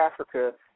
Africa